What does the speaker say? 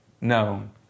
known